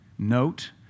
Note